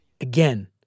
Again